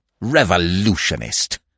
Revolutionist